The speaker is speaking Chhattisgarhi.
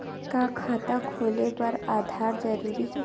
का खाता खोले बर आधार जरूरी हे?